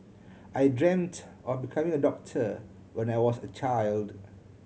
I dreamt of becoming a doctor when I was a child